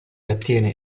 attiene